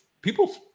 people